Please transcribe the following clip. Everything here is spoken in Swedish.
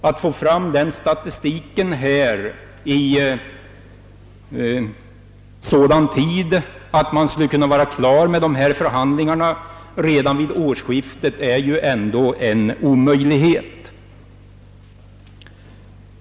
Att få fram den statistiken i sådan tid att man skulle kunna vara klar med dessa förhandlingar redan vid årsskiftet är omöjligt.